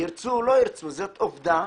ירצו או לא ירצו, זאת עובדה.